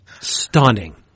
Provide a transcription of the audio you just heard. stunning